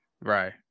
Right